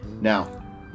Now